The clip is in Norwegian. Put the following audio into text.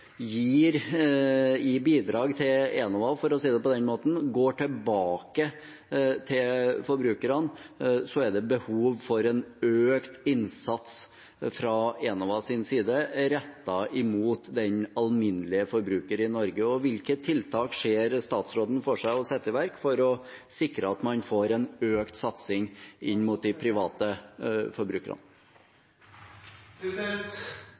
gir i bidrag til Enova, for å si det på den måten, går tilbake til forbrukerne, er det behov for en økt innsats fra Enovas side rettet mot den alminnelige forbruker i Norge. Hvilke tiltak ser statsråden for seg å sette i verk for å sikre at man får en økt satsing inn mot de private